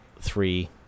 three